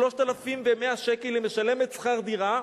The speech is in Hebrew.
3,100 שקל היא משלמת שכר דירה.